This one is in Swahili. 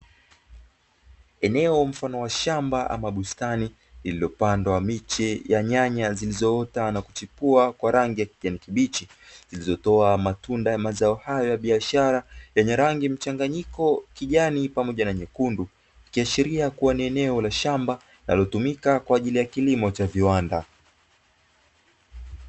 Eneo mfano wa shamba ama bustani iliyopandwa miche ya nyanya zilizoota na kuchipua kwa rangi ya kijani kibichi, zilizotoa matunda ya mazao hayo ya biashara yenye rangi mchanganyiko kijani pamoja na nyekundu. Ikiashiria kuwa ni eneo la shamba linalotumika kwa ajili ya kilimo cha viwanda.